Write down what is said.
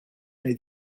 wnei